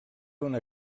una